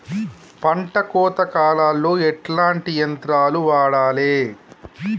పంట కోత కాలాల్లో ఎట్లాంటి యంత్రాలు వాడాలే?